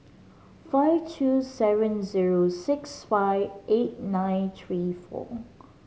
five three seven zero six five eight nine three four